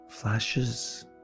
Flashes